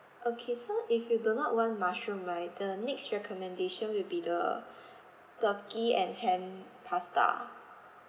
okay so if you do not want mushroom right the next recommendation will be the turkey and ham pasta